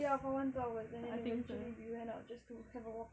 ya for one two hours then eventually we went out just to have a walkabout